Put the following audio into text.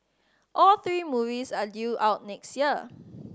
all three movies are due out next year